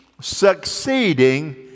succeeding